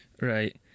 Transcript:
Right